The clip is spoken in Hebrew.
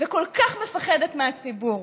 וכל כך מפחדת מהציבור,